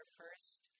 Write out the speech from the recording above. first